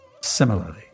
Similarly